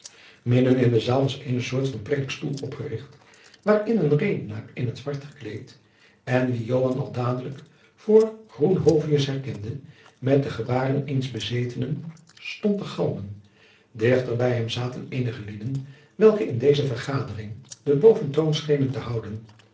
midden in de zaal was eene soort van predikstoel opgericht waarin een redenaar in t zwart gekleed en wien joan al dadelijk voor groenhovius herkende met de gebaren eens bezetenen stond te galmen dichter bij hem zaten eenige lieden welke in deze vergadering den boventoon schenen te houden